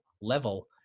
level